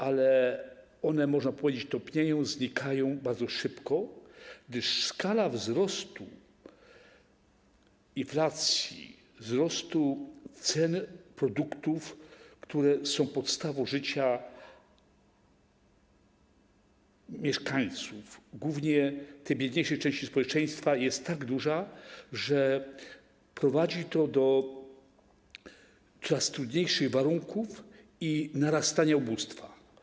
Ale one, można powiedzieć, topnieją, znikają bardzo szybko, gdyż skala wzrostu inflacji, wzrostu cen produktów, które są podstawą życia mieszkańców, głównie tej biedniejszej części społeczeństwa, jest tak duża, że prowadzi to do coraz trudniejszych warunków i narastania ubóstwa.